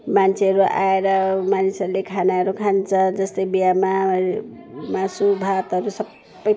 मान्छेहरू आएर मानिसहरूले खानाहरू खान्छ जस्तै बिहामा मासुभातहरू सबै